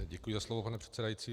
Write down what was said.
Děkuji za slovo, pane předsedající.